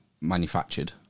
manufactured